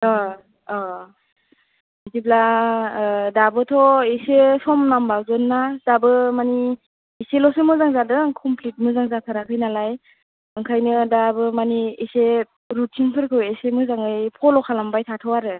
बिदिब्ला दाबोथ' एसे सम नांबावगोन ना दाबो मानि एसेल'सो मोजां जादों कमफ्लिट मोजां जाथाराखै नालाय ओंखायनो दाबो मानि एसे रुटिनफोरखौ एसे मोजाङै फल' खालामबाय थाथ' आरो